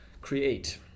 create